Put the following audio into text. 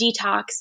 detox